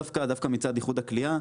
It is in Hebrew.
דווקא מצד איחוד הקליעה.